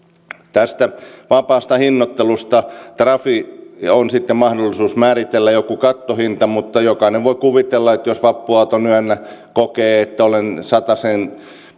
tässä vapaassa hinnoittelussa trafilla on sitten mahdollisuus määritellä joku kattohinta mutta jokainen voi kuvitella että jos vappuaatonyönä kokee että on satasen